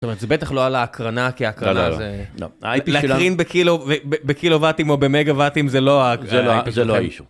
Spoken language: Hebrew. זאת אומרת זה בטח לא על ההקרנה כי ההקרנה זה... לא, האיי פי שלנו... להקרין בקילווואטים או במגהוואטים זה לא, זה לא האישו.